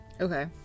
okay